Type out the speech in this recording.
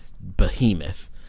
behemoth